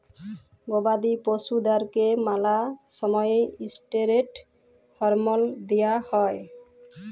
গবাদি পশুদ্যারকে ম্যালা সময়ে ইসটিরেড হরমল দিঁয়া হয়